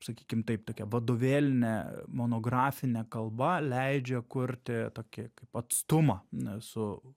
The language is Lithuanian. sakykim taip tokia vadovėlinė monografinė kalba leidžia kurti tokį kaip atstumą ne su